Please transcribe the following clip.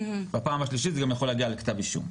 בפעם השלישית זה גם יכול להגיע לכתב אישום.